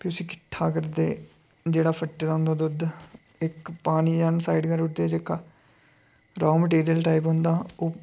फ्ही उसी किट्ठा करदे जेह्ड़ा फट्टे दा होंदा दुद्ध इक पानी जन साइड करी ओड़दे जेह्का रॉ मटेरियल टाइप होंदा ओह्